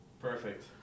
perfect